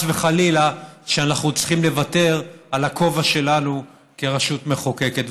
וחלילה שאנחנו צריכים לוותר על הכובע שלנו כרשות מחוקקת.